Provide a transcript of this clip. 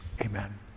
amen